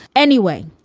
anyway,